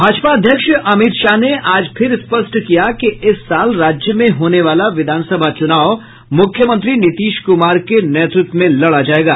भाजपा अध्यक्ष अमित शाह ने आज फिर स्पष्ट किया कि इस साल राज्य में होने वाला विधानसभा चुनाव मुख्यमंत्री नीतीश कुमार के नेतृत्व में लड़ा जायेगा